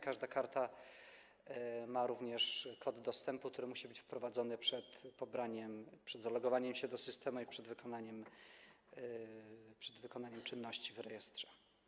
Każda karta ma również kod dostępu, który musi być wprowadzony przed pobraniem, przed zalogowaniem się do systemu i przed wykonaniem czynności w rejestrze.